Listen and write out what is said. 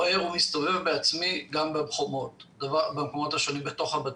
רואה ומסתובב בעצמי במקומות השונים בתוך הבתים.